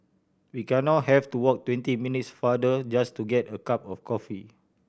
we get now have to walk twenty minutes farther just to get a cup of coffee